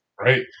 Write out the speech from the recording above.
right